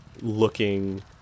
looking